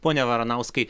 pone varanauskai